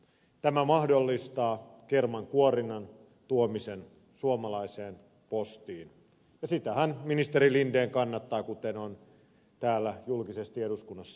tämä mahdollistaa kermankuorinnan tuomisen suomalaiseen postiin ja sitähän ministeri linden kannattaa kuten on täällä julkisesti eduskunnassa sanonut